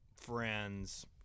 friends